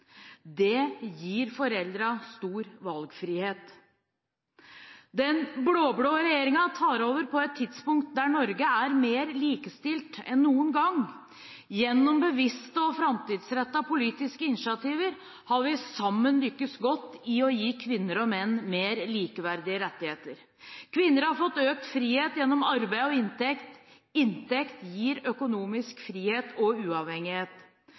Det gir foreldrene stor valgfrihet. Den blå-blå regjeringen tar over på et tidspunkt der Norge er mer likestilt enn noen gang. Gjennom bevisste og framtidsrettede politiske initiativer har vi sammen lyktes godt i å gi kvinner og menn mer likeverdige rettigheter. Kvinner har fått økt frihet gjennom arbeid og inntekt. Inntekt gir økonomisk frihet og uavhengighet.